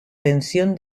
tensión